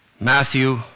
Matthew